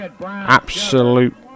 Absolute